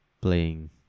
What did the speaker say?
playing